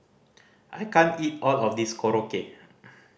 I can't eat all of this Korokke